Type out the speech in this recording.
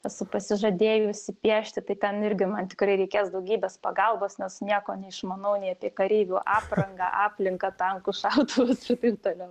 esu pasižadėjusi piešti tai ten irgi man tikrai reikės daugybės pagalbos nes nieko neišmanau nei apie kareivių aprangą aplinką tankus šautuvus ir taip toliau